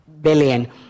billion